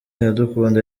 iradukunda